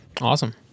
Awesome